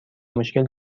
مشکل